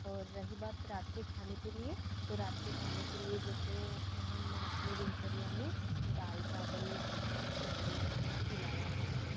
और रही बात रात के खाने के लिए तो रात के खाने के लिए जैसे हम अपनी दिनचर्या में दाल चावल खाना खिचड़ी खाना पुलावा खाना